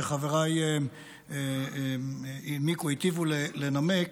שחבריי היטיבו לנמק.